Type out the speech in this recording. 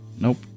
Nope